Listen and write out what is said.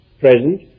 present